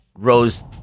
rose